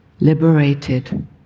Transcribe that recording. liberated